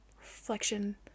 reflection